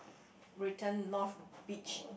written north beach